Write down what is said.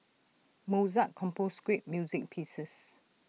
Mozart composed great music pieces